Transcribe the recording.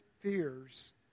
fears